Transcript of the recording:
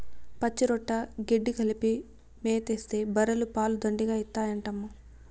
పచ్చిరొట్ట గెడ్డి కలిపి మేతేస్తే బర్రెలు పాలు దండిగా ఇత్తాయంటమ్మా